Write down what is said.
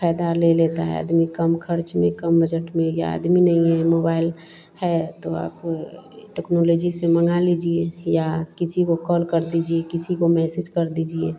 फ़ायदा ले लेता है आदमी कम ख़र्च में कम बजट में या आदमी नहीं है मोबाइल है तो आप टेक्नोलॉजी से मँगा लीजिए या किसी को कॉल कर दीजिए किसी को मैसेज कर दीजिए